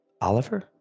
Oliver